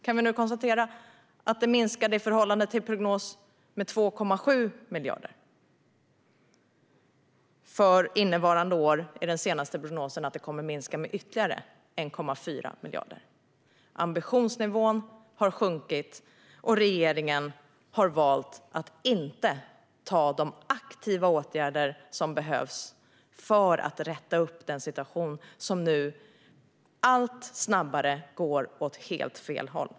År 2017 minskade de, i förhållande till prognos, med 2,7 miljarder, och för innevarande år visar den senaste prognosen att de kommer att minska med ytterligare 1,4 miljarder. Ambitionsnivån har sjunkit, och regeringen har valt att inte vidta de aktiva åtgärder som behövs för att styra upp den utveckling som allt snabbare går åt helt fel håll.